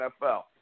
NFL